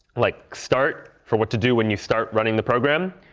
like start for what to do when you start running the program.